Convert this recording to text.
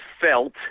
felt